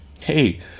Hey